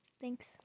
thanks